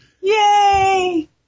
Yay